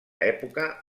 època